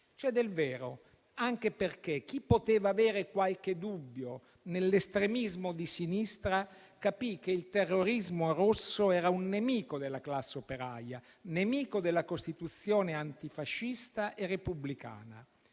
C'è del vero, anche perché chi poteva avere qualche dubbio, nell'estremismo di sinistra, capì che il terrorismo rosso era un nemico della classe operaia e un nemico della Costituzione antifascista e repubblicana.